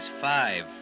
five